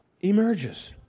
emerges